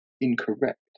incorrect